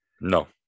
No